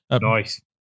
Nice